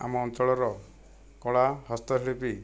ଆମ ଅଞ୍ଚଳର କଳା ହସ୍ତଶିଳ୍ପୀ